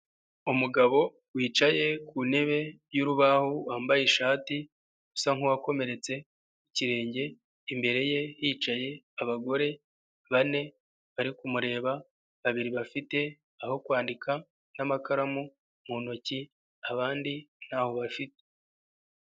Umugabo wicaye ku ntebe y'urubaho, wambaye ishati, usa nk'uwakomeretse ikirenge, imbere ye hicaye abagore bane bari kumureba, babiri bafite aho kwandika n'amakaramu mu ntoki, abandi ntaho bafite.